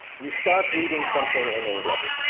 you start reading something in english.